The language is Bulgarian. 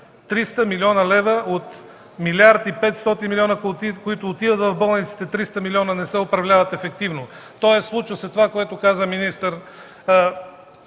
от милиард и 500 милиона, които отиват в болниците – 300 милиона не се управляват ефективно. Тоест случва се това, което казва министър